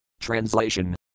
Translation